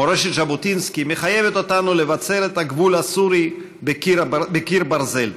מורשת ז'בוטינסקי מחייבת אותנו לבצר את הגבול הסורי בקיר ברזל.